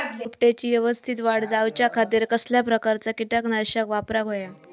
रोपट्याची यवस्तित वाढ जाऊच्या खातीर कसल्या प्रकारचा किटकनाशक वापराक होया?